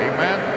Amen